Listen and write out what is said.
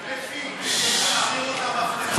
אפי, תחזירו את המפתחות.